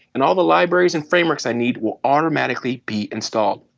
and all the libraries and frameworks i need will automatically be installed.